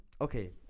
okay